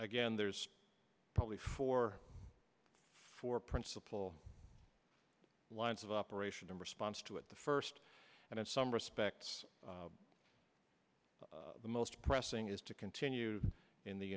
again there's probably four four principal lines of operation in response to it the first and in some respects the most pressing is to continue in the